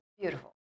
beautiful